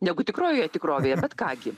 negu tikrojoje tikrovėje bet ką gi